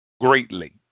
greatly